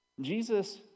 Jesus